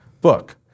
book